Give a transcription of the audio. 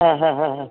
ಹಾಂ ಹಾಂ ಹಾಂ ಹಾಂ